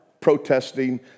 protesting